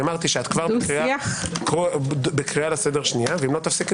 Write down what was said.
את בקריאה לסדר שנייה ואם לא תפסיקי